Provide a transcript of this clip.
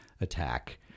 attack